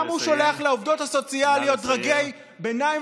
למה הוא שולח לעובדות הסוציאליות דרגי ביניים